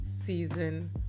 Season